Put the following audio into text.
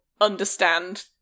understand